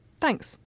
Thanks